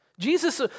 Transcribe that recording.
Jesus